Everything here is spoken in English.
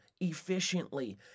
efficiently